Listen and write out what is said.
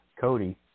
Cody